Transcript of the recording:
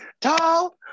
Tall